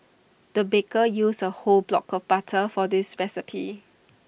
the baker used A whole block of butter for this recipe